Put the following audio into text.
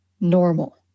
normal